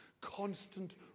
Constant